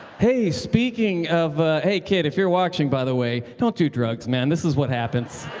hey, speaking of hey, kid, if you're watching, by the way, don't do drugs, man, this is what happens.